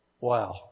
Wow